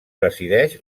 presideix